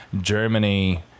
Germany